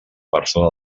persona